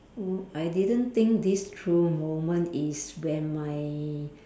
wo~ I didn't think this through moment is when my